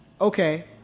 okay